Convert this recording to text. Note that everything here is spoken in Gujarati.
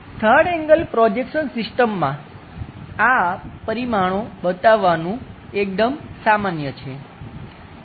3rd એંગલ પ્રોજેક્શન સિસ્ટમમાં આ પરિમાણો બતાવવાનું એકદમ સામાન્ય છે